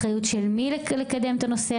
של מי האחריות לקדם את הנושא,